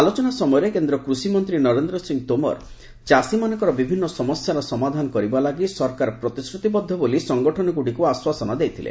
ଆଲୋଚନା ସମୟରେ କେନ୍ଦ୍ର କୃଷିମନ୍ତ୍ରୀ ନରେନ୍ଦ୍ର ସିଂହ ତୋମାର ଚାଷୀମାନଙ୍କର ବିଭିନ୍ନ ସମସ୍ୟାର ସମାଧାନ କରିବା ଲାଗି ସରକାର ପ୍ରତିଶ୍ରତିବଦ୍ଧ ବୋଲି ସଙ୍ଗଠନଗୁଡ଼ିକୁ ଆଶ୍ୱାସନା ଦେଇଥିଲେ